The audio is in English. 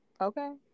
Okay